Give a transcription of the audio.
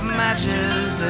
matches